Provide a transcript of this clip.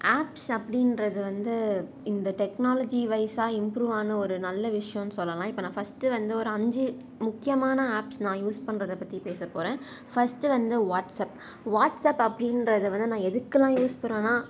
apps அப்படின்றது வந்து இந்த டெக்னாலஜி வைஸாக இம்ப்ரூவ் ஆன ஒரு நல்ல விஷயம்னு சொல்லலாம் இப்போ நான் ஃபஸ்ட்டு வந்து ஒரு அஞ்சு முக்கியமான ஆப்ஸ் நான் யூஸ் பண்றதை பற்றி பேசப்போகிறேன் ஃபஸ்ட்டு வந்து வாட்ஸ்அப் வாட்ஸ்அப் அப்படின்றது வந்து நான் எதுக்குலாம் யூஸ் பண்றேன்னால்